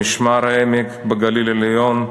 במשמר-העמק, בגליל העליון,